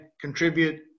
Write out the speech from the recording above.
contribute